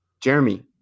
Jeremy